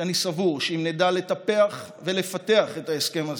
שאני סבור שאם נדע לטפח ולפתח את ההסכם הזה,